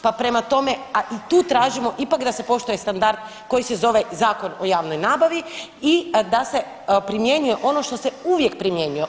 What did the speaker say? Pa prema tome, a i tu tražimo ipak da se poštuje standard koji se zove Zakon o javnoj nabavi i da se primjenjuje ono što se uvijek primjenjuje.